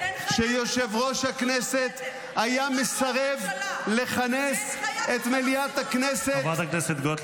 אין חיה כזאת --- חברת הכנסת גוטליב.